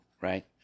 right